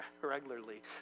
regularly